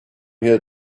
here